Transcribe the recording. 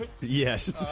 Yes